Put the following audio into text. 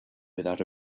without